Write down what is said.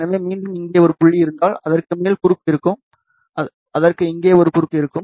எனவே மீண்டும் இங்கே ஒரு புள்ளி இருந்தால் அதற்கு ஒரு குறுக்கு இருக்கும் அதற்கு இங்கே ஒரு குறுக்கு இருக்கும்